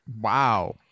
Wow